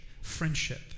friendship